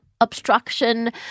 obstruction